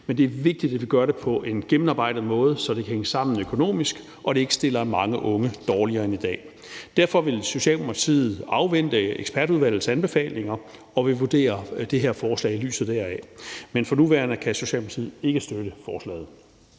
men det er vigtigt, at vi gør det på en gennemarbejdet måde, så det kan hænge sammen økonomisk og det ikke stiller mange unge dårligere end i dag. Derfor vil Socialdemokratiet afvente ekspertudvalgets anbefalinger og vil vurdere det her forslag i lyset deraf. Men for nærværende kan Socialdemokratiet ikke støtte forslaget.